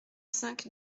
cinq